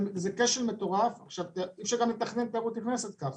זה כשל מטורף ואי-אפשר לתכנן תיירות נכנסת כך.